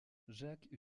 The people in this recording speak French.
jacques